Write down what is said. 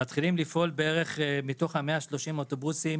שבו 74 מתוך 130 האוטובוסים